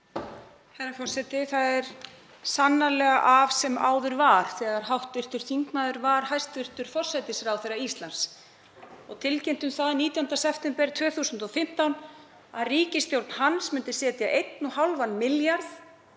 Herra forseti. Það er sannarlega af sem áður var þegar hv. þingmaður var hæstv. forsætisráðherra Íslands og tilkynnti um það 19. september 2015 að ríkisstjórn hans myndi setja 1,5 milljarða